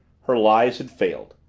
her lies had failed.